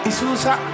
Isusa